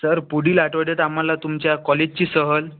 sir पुढील आठवड्यात आम्हाला तुमच्या कॉलेजची सहल